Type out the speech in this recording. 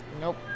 Nope